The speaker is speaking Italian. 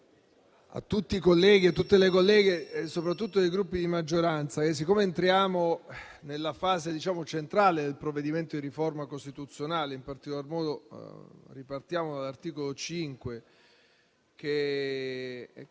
a tutte le colleghe soprattutto dei Gruppi di maggioranza che, siccome entriamo nella fase centrale del provvedimento di riforma costituzionale, in particolar modo ripartendo dall'articolo 5